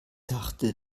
dachte